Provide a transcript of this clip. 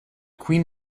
queen